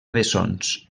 bessons